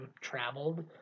traveled